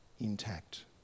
intact